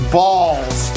balls